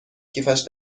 کیفش